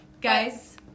Guys